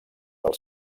del